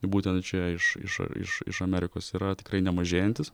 būtent čia iš iš iš iš amerikos yra tikrai nemažėjantis